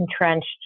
entrenched